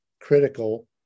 critical